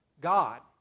God